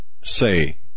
say